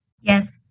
Yes